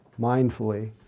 mindfully